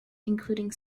including